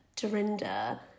Dorinda